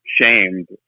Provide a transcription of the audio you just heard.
shamed